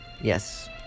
Yes